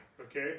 Okay